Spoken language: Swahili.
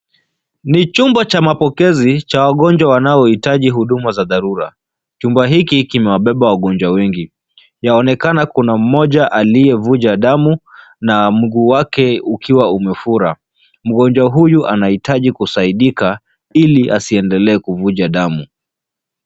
Ni chumba cha mapokezi cha wagonjwa wanaohitaji huduma za dharura. Chumba hiki kimewabeba wagonjwa wengi yaonekana kuna mmoja aliyevuja damu na mguu wake ukiwa umefura. Mgonjwa huyu anahitaji kusaidika ili asiendelee kuvuja damu.